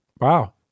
Wow